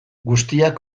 guztiak